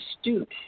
astute